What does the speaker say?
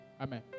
Amen